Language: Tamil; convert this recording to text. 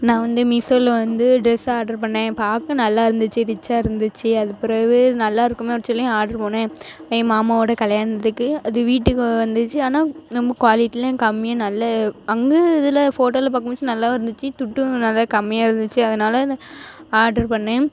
நான் வந்து மீஷோவில் வந்து ட்ரெஸ் ஆர்டர் பண்ணேன் பார்க்க நல்லா இருந்துச்சு ரிச்சாக இருந்திச்சு அதுக்கு பெறகு நல்லாயிருக்குமுன்னு சொல்லி ஆர்ட்ரு பண்ணேன் என் மாமாவோட கல்யாணத்துக்கு அது வீட்டுக்கு வந்துச்சு ஆனால் ரொம்ப குவாலிட்டிலாம் கம்மியாக நல்லா அங்கே இதில் ஃபோட்டோவில் பார்க்கும் போதாச்சு நல்லா இருந்திச்சு துட்டும் நல்லா கம்மியாக இருந்துச்சு அதனால நான் ஆர்ட்ரு பண்ணேன்